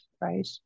right